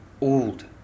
Old